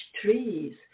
trees